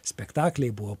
spektakliai buvo